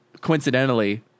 coincidentally